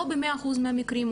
לא ב-100% מהמקרים,